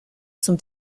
zum